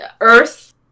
Earth